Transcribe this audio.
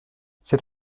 c’est